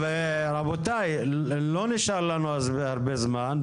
רבותיי, לא נשאר לנו הרבה זמן.